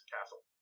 Castle